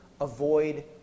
avoid